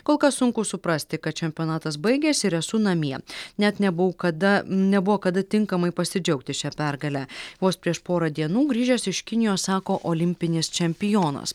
kol kas sunku suprasti kad čempionatas baigėsi ir esu namie net nebuvau kada nebuvo kada tinkamai pasidžiaugti šia pergale vos prieš porą dienų grįžęs iš kinijos sako olimpinis čempionas